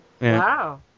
Wow